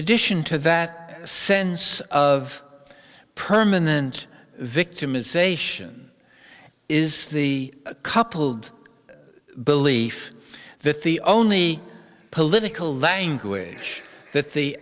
addition to that sense of permanent victimization is the coupled belief that the only political language that the